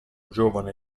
giovane